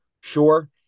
Sure